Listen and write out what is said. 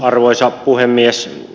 arvoisa puhemies